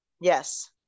yes